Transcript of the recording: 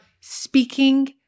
speaking